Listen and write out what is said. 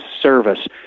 service